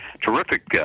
terrific